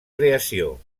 creació